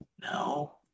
No